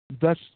Thus